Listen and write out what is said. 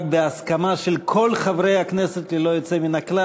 רק בהסכמה של כל חברי הכנסת ללא יוצא מן הכלל.